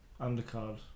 undercard